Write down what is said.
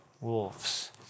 wolves